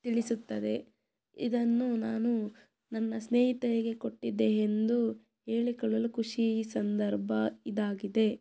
ತಿಳಿಸುತ್ತದೆ ಇದನ್ನು ನಾನು ನನ್ನ ಸ್ನೇಹಿತೆಯಿಗೆ ಕೊಟ್ಟಿದ್ದೆ ಎಂದು ಹೇಳಿಕೊಳ್ಳಲು ಖುಷಿ ಸಂದರ್ಭ ಇದಾಗಿದೆ